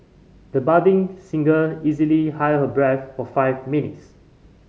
the budding singer easily held her breath for five minutes